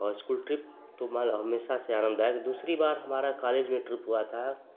और school trip तो मानो हमेशा से आनन्ददायक दूसरी बार हमारा कॉलेज में ट्रिप हुआ था